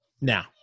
now